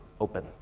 open